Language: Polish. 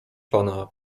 pana